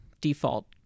default